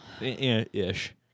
Ish